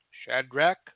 Shadrach